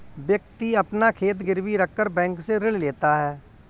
व्यक्ति अपना खेत गिरवी रखकर बैंक से ऋण लेता है